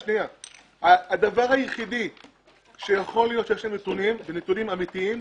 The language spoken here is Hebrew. הדבר היחידי שיכול להיות שיש להם נתונים אמתיים,